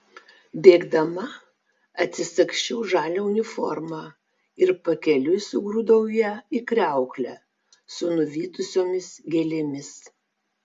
bėgdama atsisagsčiau žalią uniformą ir pakeliui sugrūdau ją į kriauklę su nuvytusiomis gėlėmis